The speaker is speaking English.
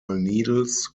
needles